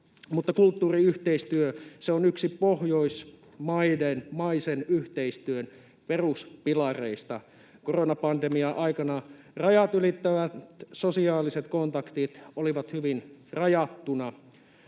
mutta kulttuuriyhteistyö on yksi pohjoismaisen yhteistyön peruspilareista. Koronapandemian aikana rajat ylittävät sosiaaliset kontaktit olivat hyvin rajattuja.